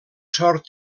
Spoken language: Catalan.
sort